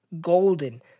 Golden